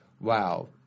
wow